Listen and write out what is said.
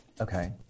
Okay